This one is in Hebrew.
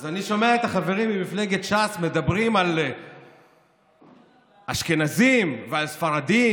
אז אני שומע את החברים ממפלגת ש"ס מדברים על אשכנזים ועל ספרדים,